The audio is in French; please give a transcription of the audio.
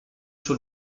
sur